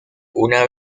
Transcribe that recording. una